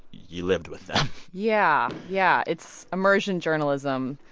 you lived with them yeah. yeah. it's immersion journalism,